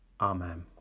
Amen